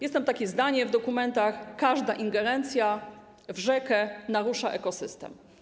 Jest tam takie zdanie w dokumentach: każda ingerencja w rzekę narusza ekosystem.